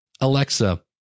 Alexa